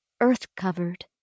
earth-covered